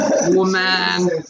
woman